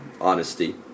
honesty